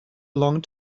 long